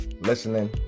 listening